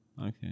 Okay